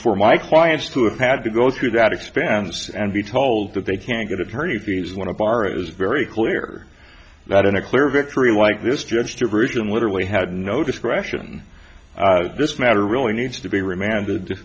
for my clients to have had to go through that expense and be told that they can't get attorney fees when a bar is very clear that in a clear victory like this judge diversion literally had no discretion this matter really needs to be remanded